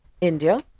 india